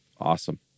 awesome